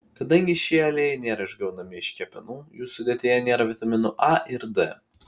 kadangi šie aliejai nėra išgaunami iš kepenų jų sudėtyje nėra vitaminų a ir d